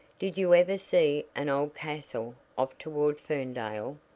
did you ever see an old castle off toward ferndale?